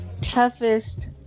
Toughest